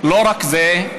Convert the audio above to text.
לא רק זה,